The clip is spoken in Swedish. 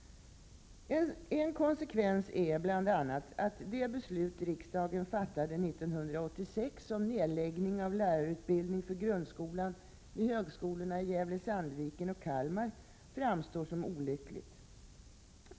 En konsekvens är bl.a. att det beslut riksdagen fattade 1986 om nedläggning av lärarutbildning för grundskolan vid högskolorna i Gävle/ Sandviken och Kalmar framstår som olyckligt.